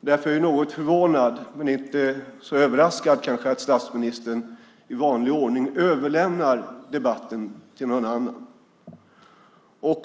Därför är jag något förvånad, men kanske inte så överraskad, över att statsministern i vanlig ordning överlämnar debatten till någon annan.